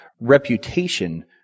reputation